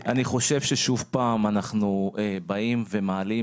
אני חושב ששוב פעם אנחנו באים ומעלים